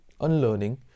unlearning